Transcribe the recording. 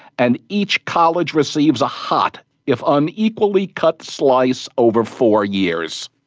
and each college receives a hot if unequally cut slice over four years.